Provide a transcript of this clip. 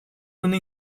una